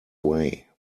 way